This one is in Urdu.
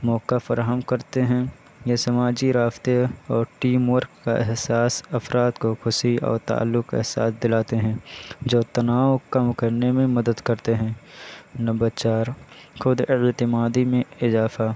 موقع فراہم کرتے ہیں یہ سماجی رابطے اور ٹیم ورک کا احساس افراد کو خوشی اور تعلق کا احساس دلاتے ہیں جو تناؤ کم کرنے میں مدد کرتے ہیں نمبر چار خود اعتمادی میں اضافہ